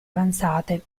avanzate